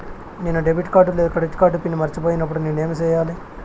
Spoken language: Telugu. నేను డెబిట్ కార్డు లేదా క్రెడిట్ కార్డు పిన్ మర్చిపోయినప్పుడు నేను ఏమి సెయ్యాలి?